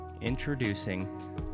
Introducing